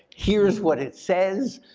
here's what it says,